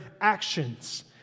actions